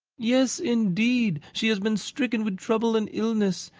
yes, indeed. she has been stricken with trouble and illness,